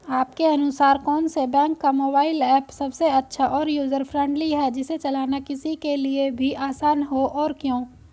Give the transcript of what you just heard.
आपके अनुसार कौन से बैंक का मोबाइल ऐप सबसे अच्छा और यूजर फ्रेंडली है जिसे चलाना किसी के लिए भी आसान हो और क्यों?